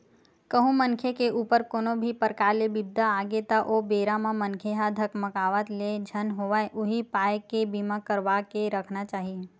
कहूँ मनखे के ऊपर कोनो भी परकार ले बिपदा आगे त ओ बेरा म मनखे ह धकमाकत ले झन होवय उही पाय के बीमा करवा के रखना चाही